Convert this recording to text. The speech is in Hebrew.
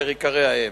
אשר עיקריה הם: